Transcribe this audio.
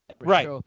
Right